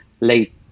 late